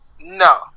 no